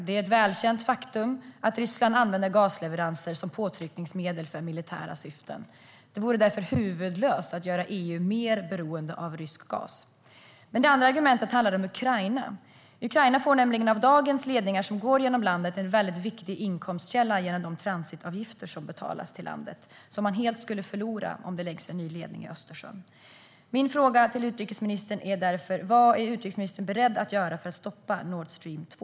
Det är ett välkänt faktum att Ryssland använder gasleveranser som påtryckningsmedel för militära syften. Det vore därför huvudlöst att göra EU mer beroende av rysk gas. Ett annat argument handlar om Ukraina. De ledningar som i dag går genom landet är nämligen en väldigt viktig inkomstkälla för Ukraina i och med de transitavgifter som betalas till landet. Detta skulle man helt förlora om det läggs en ny ledning i Östersjön. Min fråga till utrikesministern är därför: Vad är utrikesministern beredd att göra för att stoppa Nordstream 2?